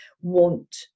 want